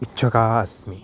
इच्छुकः अस्मि